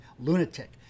lunatic